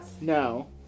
No